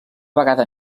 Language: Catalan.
vegada